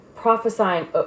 Prophesying